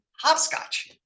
hopscotch